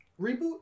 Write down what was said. reboot